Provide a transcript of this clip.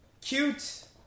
cute